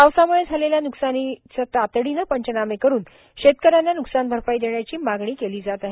पावसामुळे झालेल्या नुकसानीचे तातडीने पंचनामे करून शेतकऱ्यांना न्कसान भरपाई देण्याची मागणी केली जात आहे